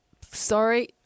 sorry